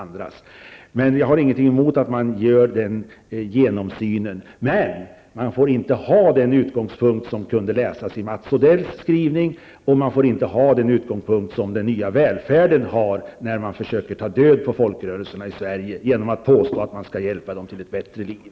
Jag har alltså ingenting emot att man genomför den översynen, men man får inte ha den utgångspunkt som kom till uttryck i Mats Odells skrivning, och man har får inte ha den utgångspunkt ''den nya välfärden'' har när man försöker ta död på folkrörelserna i Sverige genom att påstå att man skall hjälpa dem till ett bättre liv.